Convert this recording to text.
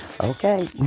Okay